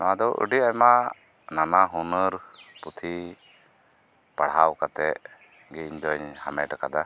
ᱱᱚᱭᱟ ᱫᱚ ᱟᱹᱰᱤ ᱟᱭᱢᱟ ᱱᱟᱱᱟ ᱦᱩᱱᱟᱹᱨ ᱯᱩᱛᱷᱤ ᱯᱟᱲᱦᱟᱣ ᱠᱟᱛᱮᱫ ᱤᱧ ᱫᱩᱧ ᱦᱟᱢᱮᱴ ᱟᱠᱟᱫᱟ